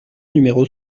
numéro